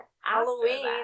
Halloween